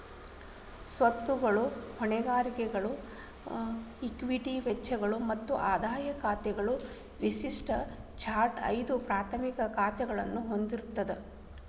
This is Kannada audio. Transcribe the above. ಸ್ವತ್ತುಗಳು, ಹೊಣೆಗಾರಿಕೆಗಳು, ಇಕ್ವಿಟಿ ವೆಚ್ಚಗಳು ಮತ್ತ ಆದಾಯ ಖಾತೆಗಳ ವಿಶಿಷ್ಟ ಚಾರ್ಟ್ ಐದು ಪ್ರಾಥಮಿಕ ಖಾತಾಗಳನ್ನ ಹೊಂದಿರ್ತದ